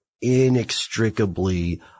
inextricably